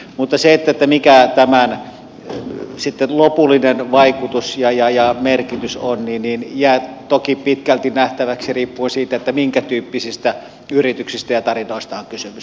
mutta se mikä tämän lopullinen vaikutus ja merkitys on jää toki pitkälti nähtäväksi riippuen siitä minkätyyppisistä yrityksistä ja tarinoista on kysymys